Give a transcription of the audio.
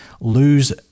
lose